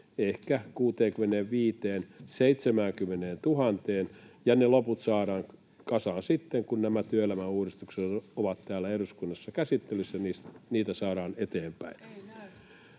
ehkä 65 000—70 000:een, ja ne loput saadaan kasaan sitten, kun nämä työelämän uudistukset ovat täällä eduskunnassa käsittelyssä ja niitä saadaan eteenpäin.”